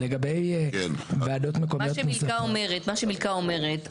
מה שמילכה אומרת,